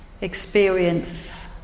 experience